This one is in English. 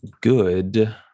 Good